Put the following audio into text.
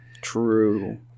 True